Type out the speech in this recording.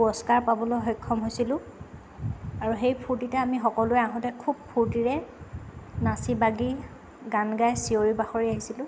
পুৰস্কাৰ পাবলৈও সক্ষম হৈছিলোঁ আৰু সেই ফূৰ্তিতে আমি সকলোৱে আহোঁতে খুব ফূৰ্তিৰে নাচি বাগি গান গাই চিঞৰি বাখৰি আহিছিলোঁ